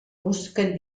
busquen